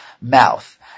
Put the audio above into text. mouth